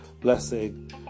blessing